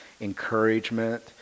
encouragement